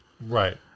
Right